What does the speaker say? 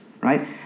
right